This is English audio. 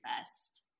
best